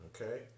Okay